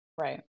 Right